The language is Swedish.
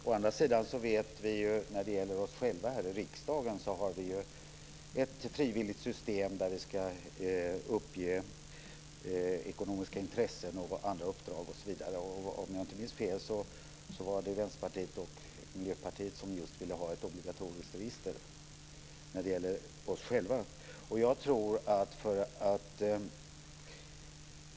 Å andra sidan vet vi ju när det gäller oss själva här i riksdagen att vi har ett frivilligt system där vi ska uppge ekonomiska intressen, andra uppdrag osv. Om jag inte minns fel var det Vänsterpartiet och Miljöpartiet som just ville ha ett obligatoriskt register när det gäller oss själva.